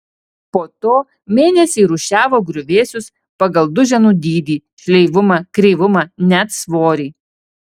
po to mėnesį rūšiavo griuvėsius pagal duženų dydį šleivumą kreivumą net svorį